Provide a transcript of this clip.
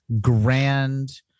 grand